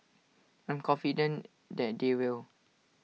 I'm confident that they will